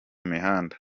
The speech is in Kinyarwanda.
mihanda